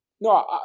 no